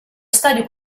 stadio